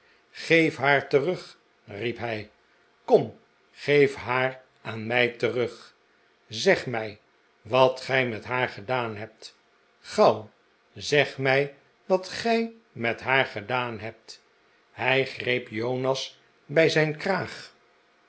geef haar terug riep hij kom geef haar aan mij terug zeg mij wat gij met haar gedaan hebt gauw zeg mij wat gij met haar gedaan hebt hij greep jonas bij zijn kraag